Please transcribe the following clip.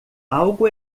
algo